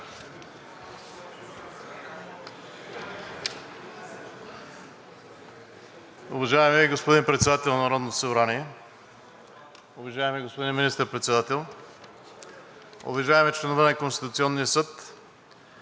Уважаеми господин Председател на Народното събрание, уважаеми господин Министър-председател, уважаеми членове на Конституционния съд,